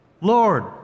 Lord